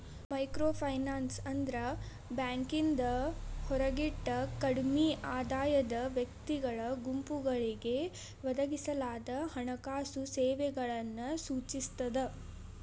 microfinance ಅಂದ್ರ ಬ್ಯಾಂಕಿಂದ ಹೊರಗಿಟ್ಟ ಕಡ್ಮಿ ಆದಾಯದ ವ್ಯಕ್ತಿಗಳ ಗುಂಪುಗಳಿಗೆ ಒದಗಿಸಲಾದ ಹಣಕಾಸು ಸೇವೆಗಳನ್ನ ಸೂಚಿಸ್ತದ